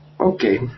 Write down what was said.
Okay